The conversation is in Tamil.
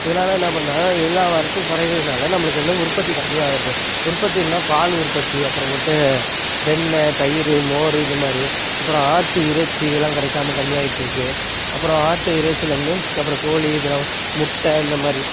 இதனால் என்ன பண்ணுறாங்கன்னா எல்லா வரத்தும் குறையிறனால நம்மளுக்கு வந்து உற்பத்தி கம்மியாகறது உற்பத்தின்னா பால் உற்பத்தி அப்புறமேட்டு வெண்ணெய் தயிர் மோர் இது மாதிரி அப்புறம் ஆட்டு இறைச்சி இதெல்லாம் கிடைக்காம கம்மியாக ஆயிட்டுருக்கு அப்புறம் ஆட்டு இறைச்சியிலருந்து அப்புறம் கோழி இதெல்லாம் வந்து முட்டை இந்த மாதிரி